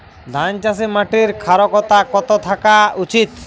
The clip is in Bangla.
ধান চাষে মাটির ক্ষারকতা কত থাকা উচিৎ?